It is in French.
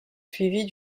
suivie